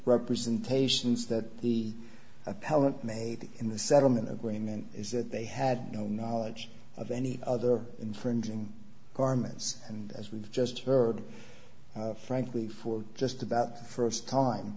representations that the appellant made in the settlement agreement is that they had no knowledge of any other infringing garments and as we've just heard frankly for just about the first time